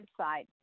website